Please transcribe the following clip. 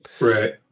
Right